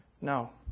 No